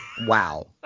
Wow